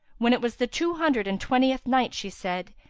when it was the two hundred and twentieth night, she said,